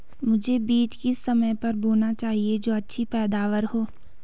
मुझे बीज किस समय पर बोना चाहिए जो अच्छी पैदावार हो?